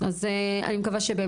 אני מקווה שכל